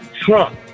Trump